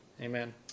Amen